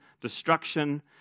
destruction